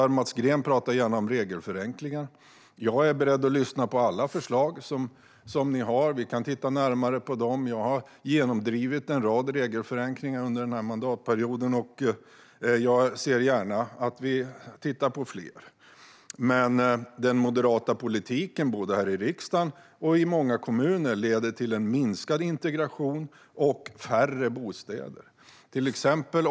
Mats Green talar gärna om regelförenklingar. Jag är beredd att lyssna på alla förslag ni har och titta närmare på dem. Jag har genomdrivit en rad regelförenklingar under denna mandatperiod, och jag ser gärna att vi tittar på fler. Den moderata politiken både i riksdagen och i många kommuner leder till en minskad integration och färre bostäder.